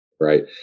right